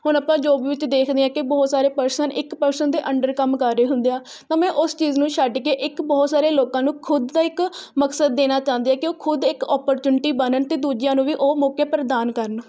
ਹੁਣ ਆਪਾਂ ਜੋਬ ਵਿੱਚ ਦੇਖਦੇ ਹਾਂ ਕਿ ਬਹੁਤ ਸਾਰੇ ਪਰਸਨ ਇੱਕ ਪਰਸਨ ਦੇ ਅੰਡਰ ਕੰਮ ਕਰ ਰਹੇ ਹੁੰਦੇ ਆ ਤਾਂ ਮੈਂ ਉਸ ਚੀਜ਼ ਨੂੰ ਛੱਡ ਕੇ ਇੱਕ ਬਹੁਤ ਸਾਰੇ ਲੋਕਾਂ ਨੂੰ ਖੁਦ ਦਾ ਇੱਕ ਮਕਸਦ ਦੇਣਾ ਚਾਹੁੰਦੀ ਹਾਂ ਕਿ ਉਹ ਖੁਦ ਇੱਕ ਅਪਰਚੂਨਿਟੀ ਬਣਨ ਅਤੇ ਦੂਜਿਆਂ ਨੂੰ ਵੀ ਓਹ ਮੌਕੇ ਪ੍ਰਦਾਨ ਕਰਨ